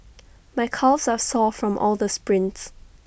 my calves are sore from all the sprints